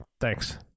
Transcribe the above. Thanks